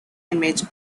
image